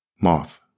Moth